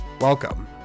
welcome